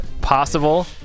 possible